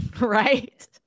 right